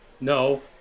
No